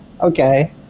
Okay